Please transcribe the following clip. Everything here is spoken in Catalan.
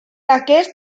aquest